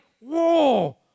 Whoa